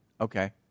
Okay